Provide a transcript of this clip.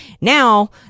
Now